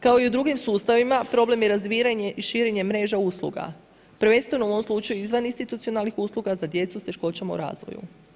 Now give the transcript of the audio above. Kao i u drugim sustavima, problem je razvijanje i širenje mreža usluga, prvenstveno u ovom slučaju izvaninstitucionalnih usluga za djecu s teškoćama u razvoju.